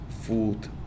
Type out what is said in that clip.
food